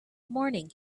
morning